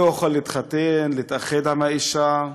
הוא יכול להתחתן, להתייחד עם האישה,